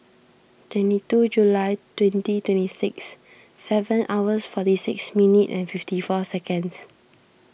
twenty two July twenty twenty six seven hours forty six minute and fifty four seconds